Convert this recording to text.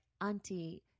Auntie